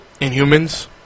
Inhumans